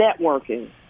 networking